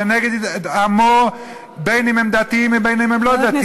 ונגד עמו, בין אם הם דתיים ובין אם הם לא דתיים.